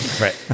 right